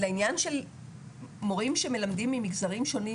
לעניין של מורים שמלמדים ממגזרים שונים,